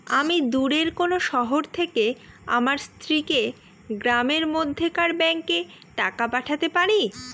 আমি দূরের কোনো শহর থেকে আমার স্ত্রীকে গ্রামের মধ্যেকার ব্যাংকে টাকা পাঠাতে পারি?